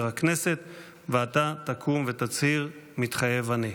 הכנסת ואתה תקום ותצהיר: "מתחייב אני".